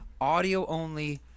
audio-only